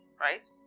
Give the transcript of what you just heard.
Right